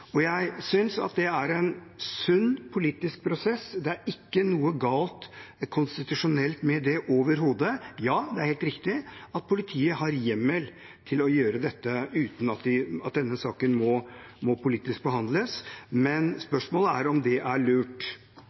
Jeg synes det er en sunn politisk prosess. Det er ikke noe galt konstitusjonelt med det overhodet. Ja, det er helt riktig at politiet har hjemmel til å gjøre dette uten at saken må politisk behandles, men spørsmålet er om det er lurt.